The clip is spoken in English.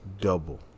Double